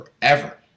forever